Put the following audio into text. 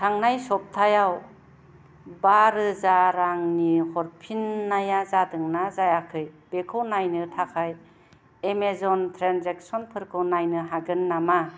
थांनाय सप्तायाव बारोजा रांनि हरफिन्नाया जादोंना जायाखै बेखौ नायनो थाखाय एमेजन ट्रेन्जेकसनफोरखौ नायनो हागोन नामा